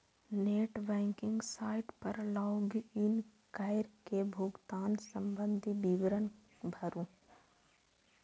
net banking site पर log in कैर के भुगतान संबंधी विवरण भरू